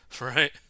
right